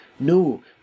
No